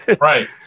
Right